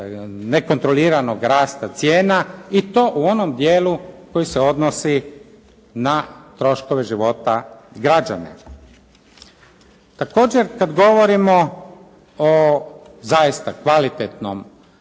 nekontroliranog rasta cijena i to u onom dijelu koji se odnosi na troškove života građana. Također kad govorimo o zaista kvalitetnom, ja bih